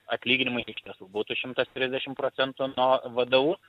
atlyginimai iš tiesų būtų šimtas trisdešim procentų nuo vdu